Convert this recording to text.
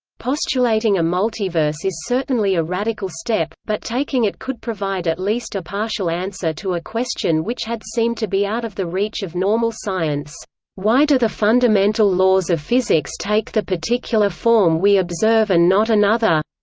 postulating a multiverse is certainly a radical step, but taking it could provide at least a partial answer to a question which had seemed to be out of the reach of normal science why do the fundamental laws of physics take the particular form we observe and not another?